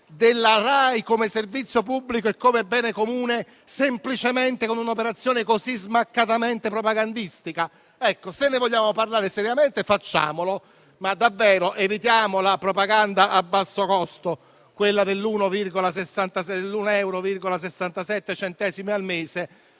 della RAI come servizio pubblico e come bene comune si possa affrontare semplicemente con un'operazione così smaccatamente propagandistica? Se ne vogliamo parlare seriamente, facciamolo, ma davvero evitiamo la propaganda a basso costo, quella degli 1,67 euro al mese,